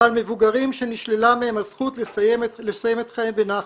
ועל מבוגרים שנשללה מהם הזכות לסיים את חייהם בנחת,